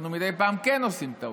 אנחנו מדי פעם כן עושים טעויות.